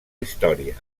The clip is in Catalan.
història